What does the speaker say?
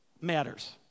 matters